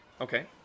Okay